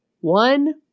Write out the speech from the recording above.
one